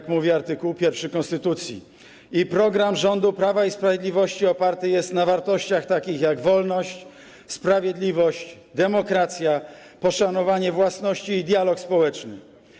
To mówi art. 1 konstytucji, i program rządu Prawa i Sprawiedliwości oparty jest na wartościach takich jak wolność, sprawiedliwość, demokracja, poszanowanie własności i dialog społeczny.